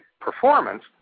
performance